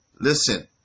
listen